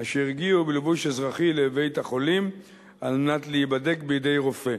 אשר הגיעו בלבוש אזרחי לבית-החולים על מנת להיבדק בידי רופא.